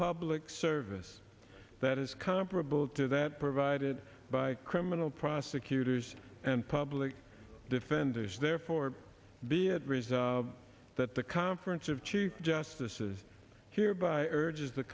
public service that is comparable to that provided by criminal prosecutors and public defenders therefore be at risk that the conference of chief justices hereby urges the